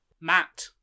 Matt